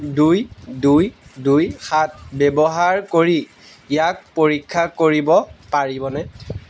দুই দুই দুই সাত ব্যৱহাৰ কৰি ইয়াক পৰীক্ষা কৰিব পাৰিবনে